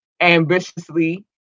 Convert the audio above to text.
ambitiously